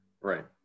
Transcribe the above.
Right